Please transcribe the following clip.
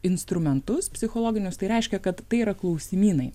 instrumentus psichologinius tai reiškia kad tai yra klausimynai